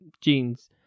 Jean's